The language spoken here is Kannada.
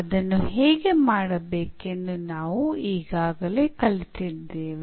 ಅದನ್ನು ಹೇಗೆ ಮಾಡಬೇಕೆಂದು ನಾವು ಈಗಾಗಲೇ ಕಲಿತಿದ್ದೇವೆ